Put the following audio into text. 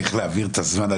איך להעביר את הזמן.